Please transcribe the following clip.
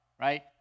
right